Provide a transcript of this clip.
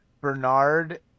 Bernard